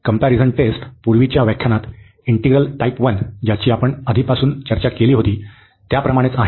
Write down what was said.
comparison test पूर्वीच्या व्याख्यानात integral type 1 ज्याची आपण आधीपासून चर्चा केली होती त्या प्रमाणेच आहे